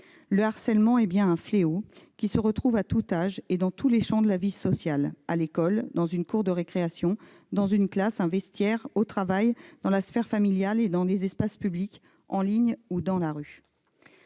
Le harcèlement est bien un fléau, qui se retrouve à tout âge et dans tous les champs de la vie sociale : à l'école- cour de récréation, classe ou vestiaire -, au travail, dans la sphère familiale et dans les espaces publics, en ligne ou dans la rue.